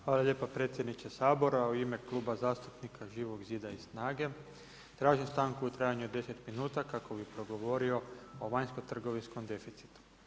Hvala lijepa predsjedniče Sabora, u ime Kluba zastupnika Živog zida i SNAGA-e tražim stanku u trajanju od 10 minuta kako bih progovorio o vanjsko-trgovinskom deficitu.